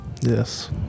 Yes